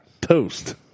Toast